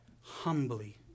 humbly